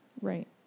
Right